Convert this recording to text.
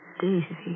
Daisy